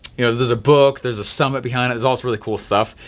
you know, there's a book, there's a summit behind it, is all really cool stuff.